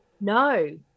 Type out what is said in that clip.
no